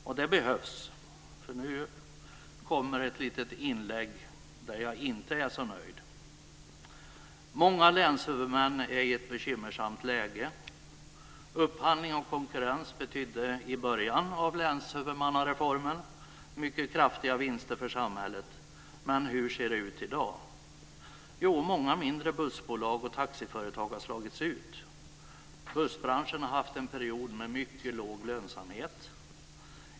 Och det behövs, för nu kommer ett litet inlägg där jag inte är så nöjd. Många länshuvudmän är i ett bekymmersamt läge. Upphandling och konkurrens betydde i början av länshuvudmannareformen mycket kraftiga vinster för samhället, men hur ser det ut i dag? Jo, många mindre bussbolag och taxiföretag har slagits ut. Bussbranschen har haft en period med mycket låg lönsamhet.